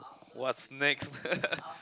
what's next